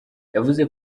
yavuze